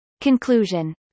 Conclusion